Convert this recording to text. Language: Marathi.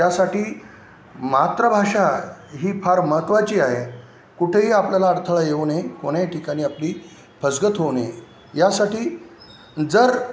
त्यासाठी मातृभाषा ही फार महत्त्वाची आहे कुठेही आपल्याला अडथळा येऊ नये कोणाही ठिकाणी आपली फसगत होऊ नये यासाठी जर